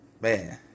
Man